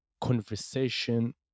conversation